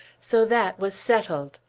so that was settled.